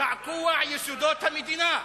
קעקוע יסודות המדינה.